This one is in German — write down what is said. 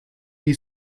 die